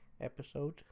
episode